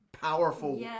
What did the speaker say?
powerful